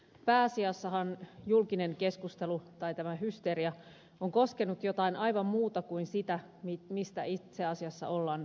pääasiassahan julkinen keskustelu tai tämä hysteria on koskenut jotain aivan muuta kuin sitä mistä itse asiassa ollaan nyt päättämässä